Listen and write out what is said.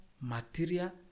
material